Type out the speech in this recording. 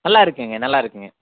நல்லா இருக்குங்க நல்லா இருக்குங்க